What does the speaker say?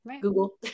google